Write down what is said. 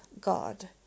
God